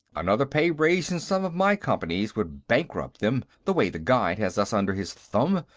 another pay-raise in some of my companies would bankrupt them, the way the guide has us under his thumb.